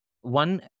one